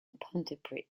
pontypridd